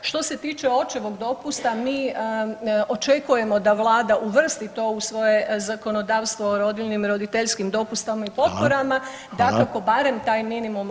Što se tiče očevog dopusta mi očekujemo da vlada uvrsti to u svoje zakonodavstvo o rodiljnim i roditeljskim dopustima i potporama, dakle barem taj minimum od 10%